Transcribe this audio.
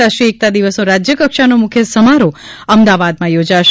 રાષ્ટ્રીય એકતા દિવસનો રાજયકક્ષાનો મુખ્ય સમારોહ અમદાવાદમાં યોજાશે